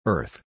Earth